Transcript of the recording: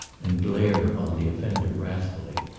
and glared upon the offender wrathfully.